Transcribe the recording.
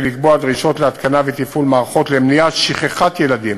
היא לקבוע דרישות להתקנה ותפעול מערכות למניעת שכחת ילדים